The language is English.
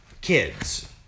kids